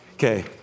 Okay